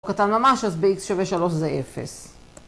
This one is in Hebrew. קטן ממש אז בx שווה 3 זה 0.